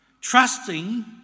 trusting